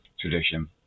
tradition